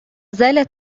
زال